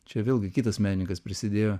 čia vėlgi kitas menininkas prisidėjo